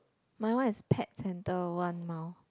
my one is pet centre one mile